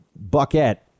Bucket